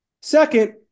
second